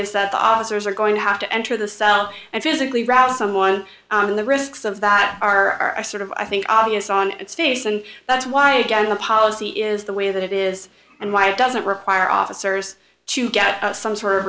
is that the officers are going to have to enter the cell and physically rouse someone in the risks of that are sort of i think obvious on its face and that's why again the policy is the way that it is and why it doesn't require officers to get some sort of